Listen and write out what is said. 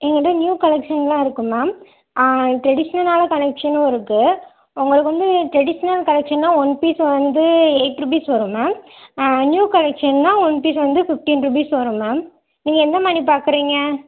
எங்கள்ட்ட நியூ கலெக்ஷன்லாம் இருக்குது மேம் டிரெடிஷ்னலான கலெக்ஷனும் இருக்குது உங்களுக்கு வந்து ட்ரெடிஷ்னல் கலெக்ஷன்னா ஒன் பீஸ் வந்து எய்ட் ருபீஸ் வரும் மேம் நியூ கலெக்ஷன்னா ஒன் பீஸ் வந்து ஃபிஃப்டீன் ருபீஸ் வரும் மேம் நீங்கள் எந்தமாதிரி பாக்குறீங்க